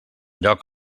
lloc